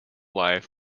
life